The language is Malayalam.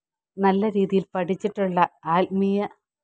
നല്ല രീതിയിൽ പഠിച്ചിട്ടുള്ള ആത്മീയ